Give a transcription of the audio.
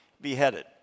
beheaded